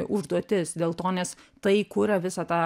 užduotis dėl to nes tai kuria visa tą